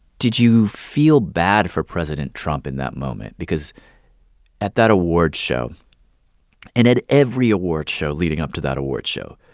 did you feel bad for president trump in that moment because at that awards show and at every awards show leading up to that award show,